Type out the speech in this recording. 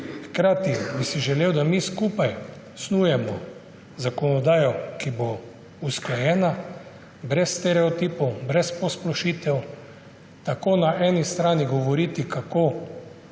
Hkrati bi si želel, da mi skupaj snujemo zakonodajo, ki bo usklajena, brez stereotipov, brez posplošitev. Tako na eni strani govoriti, kako